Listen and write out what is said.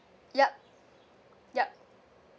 yup yup